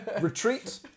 Retreat